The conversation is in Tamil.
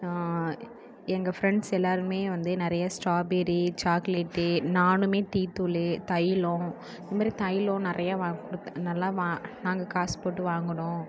எங்கள் ஃப்ரெண்ட்ஸ் எல்லோருமே வந்து நிறைய ஸ்ட்ராபெரி சாக்லேட்டு நானும் டீத்தூளு தைலம் இதமாரி தைலம் நிறையா கொடுத்த நல்லா நாங்கள் காசு போட்டு வாங்கினோம்